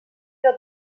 del